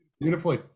beautifully